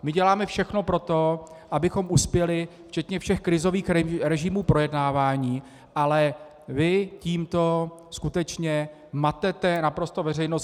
My děláme všechno pro to, abychom uspěli, včetně všech krizových režimů projednávání, ale vy tímto skutečně matete naprosto veřejnost.